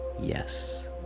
yes